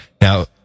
Now